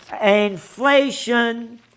Inflation